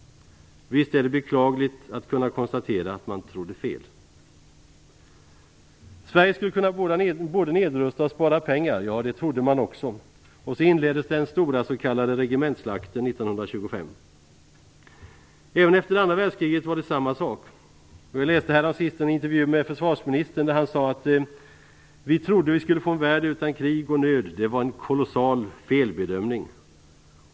Visst är det beklagligt att kunna konstatera att man trodde fel. Sverige skulle kunna både nedrusta och spara pengar. Ja, det trodde man också, och så inleddes den stora s.k. regementsslakten 1925. Även efter det andra världskriget var det samma sak. Och jag läste häromsistens en intervju med försvarsministern där han sade: "Vi trodde att vi skulle få en värld utan krig och nöd. Det var en kolossal felbedömning."